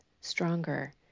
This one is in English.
stronger